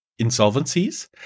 insolvencies